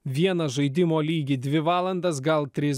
vieną žaidimo lygį dvi valandas gal tris